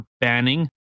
banning